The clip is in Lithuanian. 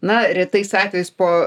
na retais atvejais po